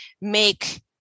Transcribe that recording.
make